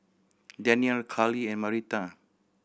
Danniel Karlie and Marita